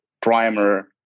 primer